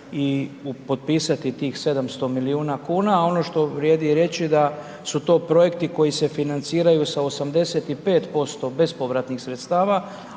i potpisati tih 700 milijuna kuna a ono što vrijedi reći je da su to projekti koji se financiraju sa 85% bespovratnih sredstava